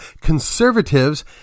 conservatives